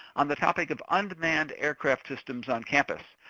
on the topic of unmanned aircraft systems on campus.